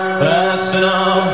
personal